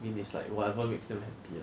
it's like whatever makes them happy uh